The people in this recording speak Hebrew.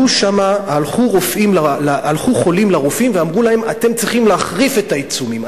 הלכו חולים לרופאים ואמרו להם: אתם צריכים להחריף את העיצומים,